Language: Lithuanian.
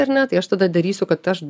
ar ne tai aš tada darysiu kad aš